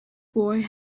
boy